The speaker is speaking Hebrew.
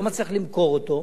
הוא לא מצליח למכור אותו,